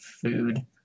food